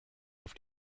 auf